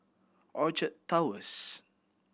Orchard Towers